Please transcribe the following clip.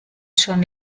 schon